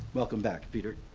welcome back, peter.